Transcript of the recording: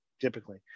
typically